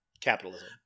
capitalism